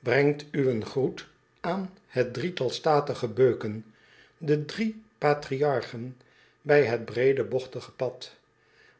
breng uwen groet aan het drietal statige beuken de drie patriarchen bij het breede bogtige pad